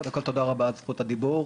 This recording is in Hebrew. קודם כל תודה על זכות הדיבור,